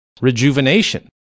rejuvenation